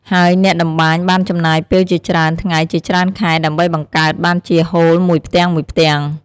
ហើយអ្នកតម្បាញបានចំណាយពេលជាច្រើនថ្ងៃជាច្រើនខែដើម្បីបង្កើតបានជាហូលមួយផ្ទាំងៗ។